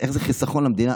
אז איך זה חיסכון למדינה?